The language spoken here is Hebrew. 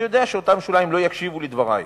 אני יודע שאותם שוליים לא יקשיבו לדברי,